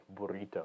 burrito